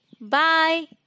Bye